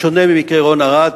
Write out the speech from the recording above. בשונה ממקרה רון ארד,